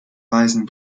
weisen